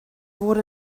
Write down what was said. wurde